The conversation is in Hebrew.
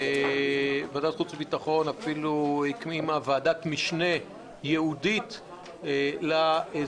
ועדת החוץ והביטחון אפילו הקימה ועדת משנה ייעודית לאזור.